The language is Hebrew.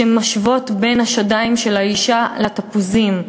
שמשוות בין השדיים של האישה לתפוזים.